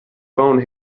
phone